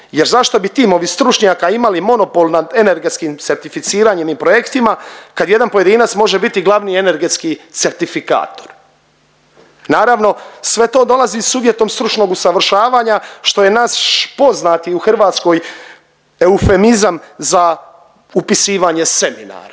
jer zašto bi timovi stručnjaka imali monopol nad energetskim certificiranjem i projektima kad jedan pojedinac može biti glavni energetski certifikator. Naravno, sve to dolazi s uvjetom stručnog usavršavanja što je naš poznati u Hrvatskoj eufemizam za upisivanje seminara